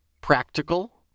Practical